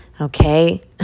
okay